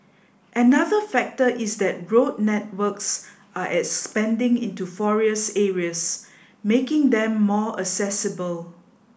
another factor is that road networks are expanding into forest areas making them more accessible